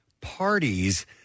parties